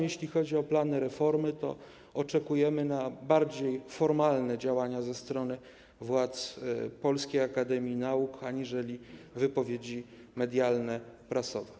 Jeśli chodzi o plany reformy, to oczekujemy na bardziej formalne działania ze strony władz Polskiej Akademii Nauk aniżeli wypowiedzi medialne, prasowe.